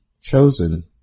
chosen